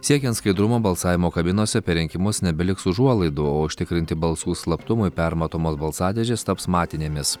siekiant skaidrumo balsavimo kabinose per rinkimus nebeliks užuolaidų o užtikrinti balsų slaptumui permatomos balsadėžės taps matinėmis